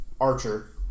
archer